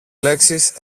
λέξεις